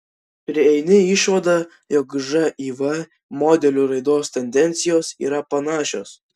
prieini išvadą jog živ modelių raidos tendencijos yra panašios